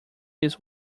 his